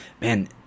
man